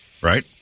Right